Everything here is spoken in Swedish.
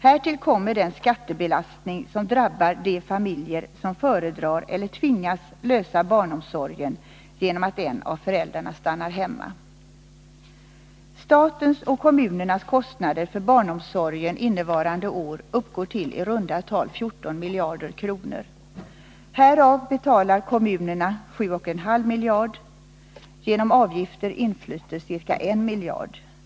Härtill kommer den skattebelastning som drabbar de familjer som föredrar eller tvingas att lösa barnomsorgen genom att en av föräldrarna stannar hemma. Statens och kommunernas kostnader för barnomsorgen innevarande år uppgår till i runda tal 14 miljarder kronor. Härav betalar kommunerna 7,5 miljarder kronor. Genom avgifter inflyter ca I miljard.